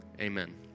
Amen